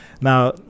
Now